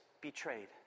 betrayed